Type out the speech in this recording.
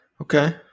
Okay